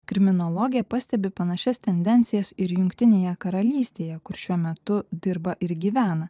kriminologija pastebi panašias tendencijas ir jungtinėje karalystėje kur šiuo metu dirba ir gyvena